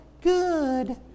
good